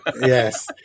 Yes